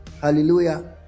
Hallelujah